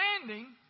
understanding